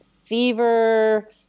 fever